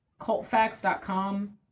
cultfacts.com